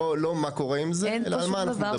לא מה קורה עם זה, אלא על מה אנחנו מדברים.